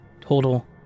total